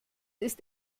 ist